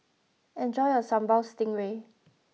enjoy your Sambal Stingray